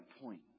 point